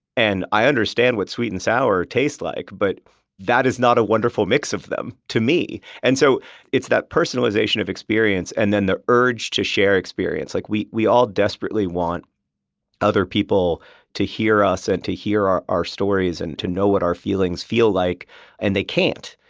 and i understand what sweet and sour taste like but that is not a wonderful mix of them to me. and so it's that personalization of experience and then the urge to share experience. like we we all desperately want other people to hear us and to hear our our stories and to know what our feelings feel like and they can't